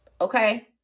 okay